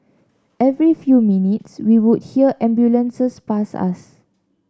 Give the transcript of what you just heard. every few minutes we would hear ambulances pass us